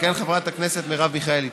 תכהן חברת הכנסת מרב מיכאלי.